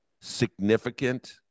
significant